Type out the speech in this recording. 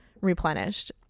replenished